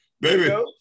Baby